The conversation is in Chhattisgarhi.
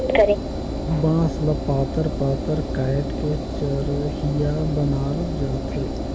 बांस ल पातर पातर काएट के चरहिया बनाल जाथे